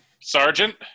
Sergeant